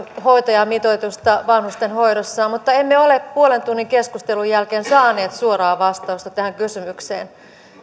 hoitajamitoitusta vanhustenhoidossa mutta emme ole puolen tunnin keskustelun jälkeen saaneet suoraa vastausta tähän kysymykseen